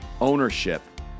ownership